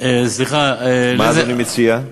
מה אדוני מציע?